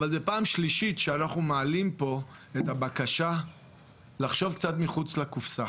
אבל זו פעם שלישית שאנחנו מעלים פה את הבקשה לחשוב קצת מחוץ לקופסה.